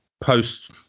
post